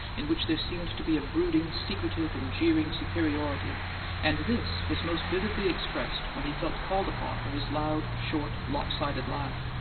in which there seemed to be a brooding, secretive and jeering superiority and this was most vividly expressed when he felt called upon for his loud, short, lop-sided laugh.